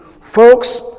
Folks